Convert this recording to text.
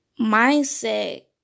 mindset